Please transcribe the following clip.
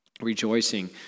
rejoicing